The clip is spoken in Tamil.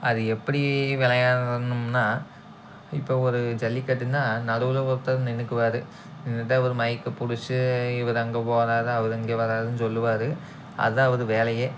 அது எப்படி விளையாடணும்ன்னா இப்போ ஒரு ஜல்லிக்கட்டுன்னால் நடுவில் ஒருத்தர் நின்றுக்குவாரு நின்றுட்டு அவர் மைக்கை பிடிச்சி இவர் அங்கே போகிறாரா அவர் இங்கே வராருன்னு சொல்லுவார் அதுதான் அவர் வேலையே